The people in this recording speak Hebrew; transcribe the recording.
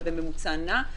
אבל בממוצע נע.